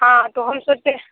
हाँ तो हम सोचे